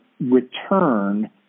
return